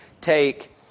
take